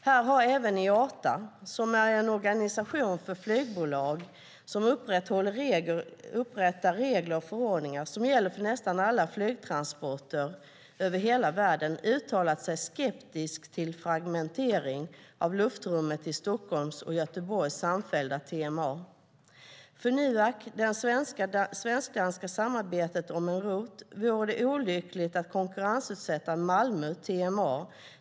Här har även IATA, som är en organisation för flygbolag som upprättar regler och förordningar som gäller för nästan alla flygtransporter över hela världen, varit skeptisk till fragmentering av luftrummet i Stockholms och Göteborgs samfällda TMA. För NUAC, det svensk-danska samarbetet om flygledning en route, vore det olyckligt att konkurrensutsätta Malmö-TMA.